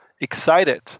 excited